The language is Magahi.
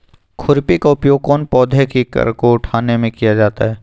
खुरपी का उपयोग कौन पौधे की कर को उठाने में किया जाता है?